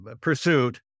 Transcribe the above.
pursuit